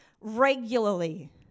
regularly